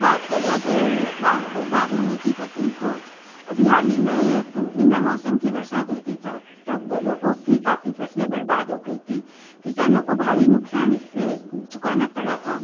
बात करें अगर बर्बाद होने की फसल तो अभी हाल ही में एक बिना मौसम की बरसात हुई थी तब तब लोगों की काफ़ी फसलें बर्बाद हो गई थी किसानों को भारी नुकसान इससे चुकाना पड़ा था